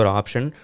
option